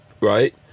right